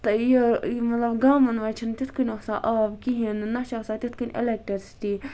یہِ مَطلَب گامَن مَنٛز چھِ نہٕ تِتھ کٔنۍ آسان آب کِہیٖنۍ نہ چھِ آسان تِتھ کٔنۍ ایٚلیکٹرسٹی